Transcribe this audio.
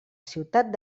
ciutat